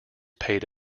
paid